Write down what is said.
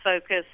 focus